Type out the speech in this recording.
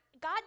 God